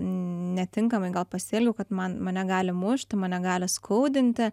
netinkamai gal pasielgiau kad man mane gali mušti mane gali skaudinti